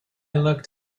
looked